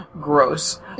Gross